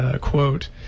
quote